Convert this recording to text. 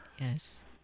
Yes